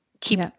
keep